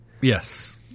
Yes